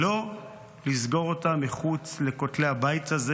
לא לסגור אותה מחוץ לכותלי הבית הזה,